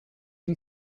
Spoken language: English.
you